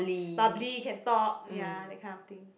bubbly can talk ya that kind of thing